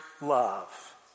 love